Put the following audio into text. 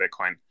Bitcoin